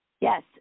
Yes